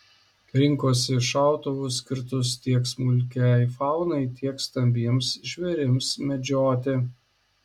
rinkosi šautuvus skirtus tiek smulkiai faunai tiek stambiems žvėrims medžioti